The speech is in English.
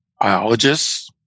biologists